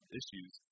issues